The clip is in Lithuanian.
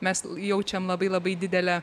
mes jaučiam labai labai didelę